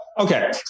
Okay